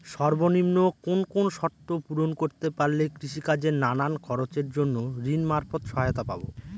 সর্বনিম্ন কোন কোন শর্ত পূরণ করতে পারলে কৃষিকাজের নানান খরচের জন্য ঋণ মারফত সহায়তা পাব?